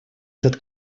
этот